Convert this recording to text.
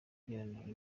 ugereranyije